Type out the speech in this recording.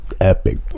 Epic